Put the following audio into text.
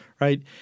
Right